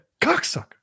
Cocksucker